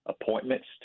Appointments